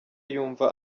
yumva